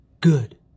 Good